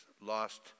lost